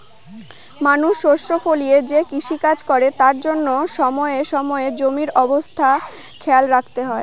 মানুষ শস্য ফলিয়ে যে কৃষিকাজ করে তার জন্য সময়ে সময়ে জমির অবস্থা খেয়াল রাখা হয়